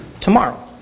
tomorrow